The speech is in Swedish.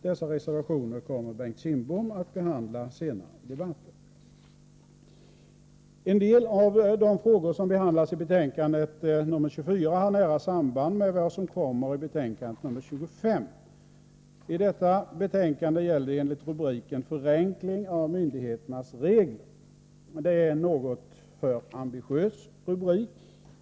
Dessa reservationer kommer Bengt Kindbom att behandla senare i debatten. Vissa av de frågor som behandlas i betänkande 24 har nära samband med vad som kommer i betänkande 25. Detta betänkande gäller enligt rubriken förenkling av myndigheternas regler. Det är en något för ambitiös rubrik.